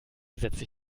setzte